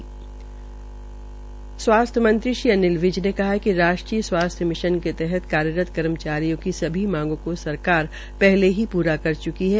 हरियाणा के स्वास्थ्य मंत्री श्री अनिल विज ने कहा कि राष्टीय स्वास्थ्य मिशन के तहत कार्यरत कर्मचारियों की सभी मांगों को सरकार पहले ही प्रा कर च्की है